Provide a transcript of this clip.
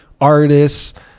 artists